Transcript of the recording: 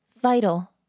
Vital